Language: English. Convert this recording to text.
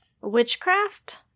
witchcraft